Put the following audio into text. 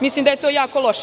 Mislim da je to jako loše.